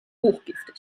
hochgiftig